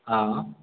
हाँ